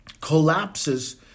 collapses